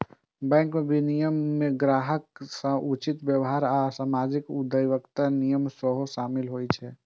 bank विनियमन मे ग्राहक सं उचित व्यवहार आ सामाजिक उत्तरदायित्वक नियम सेहो शामिल होइ छै